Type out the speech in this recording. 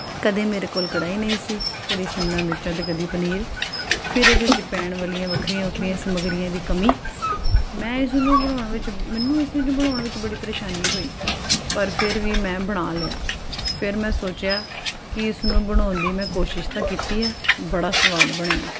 ਕਦੇ ਮੇਰੇ ਕੋਲ ਕੜਾਹੀ ਨਹੀਂ ਸੀ ਕਦੇ ਸ਼ਿਮਲਾ ਮਿਰਚਾਂ ਅਤੇ ਕਦੀ ਪਨੀਰ ਫਿਰ ਇਹਦੇ 'ਚ ਪੈਣ ਵਾਲੀਆਂ ਵੱਖਰੀਆਂ ਵੱਖਰੀਆਂ ਸਮੱਗਰੀਆਂ ਦੀ ਕਮੀ ਮੈਂ ਇਸ ਨੂੰ ਬਣਾਉਣ ਵਿੱਚ ਮੈਨੂੰ ਇਸ ਵਿੱਚ ਬਣਾਉਣ ਵਿੱਚ ਬੜੀ ਪ੍ਰੇਸ਼ਾਨੀ ਹੋਈ ਪਰ ਫਿਰ ਵੀ ਮੈਂ ਬਣਾ ਲਿਆ ਫਿਰ ਮੈਂ ਸੋਚਿਆ ਕਿ ਇਸਨੂੰ ਬਣਾਉਣ ਦੀ ਮੈਂ ਕੋਸ਼ਿਸ਼ ਤਾਂ ਕੀਤੀ ਹੈ ਬੜਾ ਸਵਾਦ ਬਣਿਆ